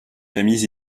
familles